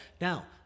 Now